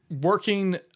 working